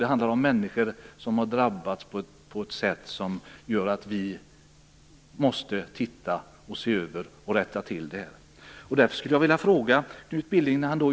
Det handlar om människor som drabbats på ett sätt som gör att vi måste se över och rätta till detta. Knut Billing yrkar bifall till utskottsinitiativet.